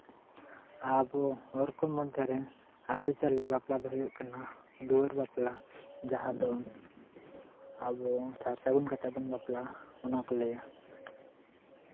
ᱟᱵᱚ ᱦᱚᱲ ᱠᱚ ᱢᱚᱫᱽᱫᱷᱮᱨᱮ ᱟᱹᱨᱤᱪᱟᱹᱞᱤ ᱵᱟᱯᱞᱟ ᱫᱚ ᱦᱩᱭᱩᱜ ᱠᱟᱱᱟ ᱫᱩᱣᱟᱹᱨ ᱵᱟᱯᱞᱟ ᱡᱟᱦᱟᱸ ᱫᱚ ᱟᱵᱚ ᱥᱟᱨ ᱥᱟᱹᱜᱩᱱ ᱠᱟᱛᱮᱜ ᱵᱚᱱ ᱵᱟᱯᱞᱟᱜᱼᱟ ᱚᱱᱟ ᱠᱚ ᱞᱟᱹᱭᱟ